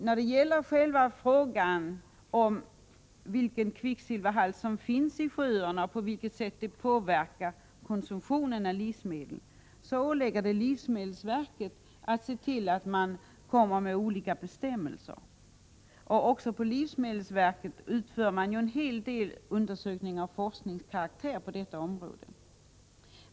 När det gäller själva frågan om vilken kvicksilverhalt som finns i sjöarna och på vilket sätt detta påverkar konsumtionen av livsmedel, vill jag framhålla att det åligger livsmedelsverket att se till att man kommer med bestämmelser. Även på livsmedelsverket utförs ju en hel del undersökningar av forskningskaraktär på detta område.